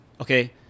Okay